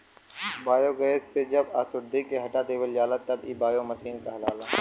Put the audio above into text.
biogas से जब अशुद्धि के हटा देवल जाला तब इ बायोमीथेन कहलाला